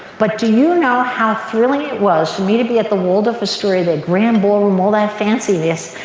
but do you know how thrilling it was for me to be at the waldorf astoria, their grand ballroom, all that fancy this,